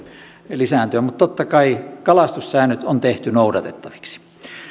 lisääntyä mutta totta kai kalastussäännöt on tehty noudatettaviksi